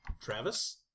Travis